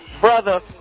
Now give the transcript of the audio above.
brother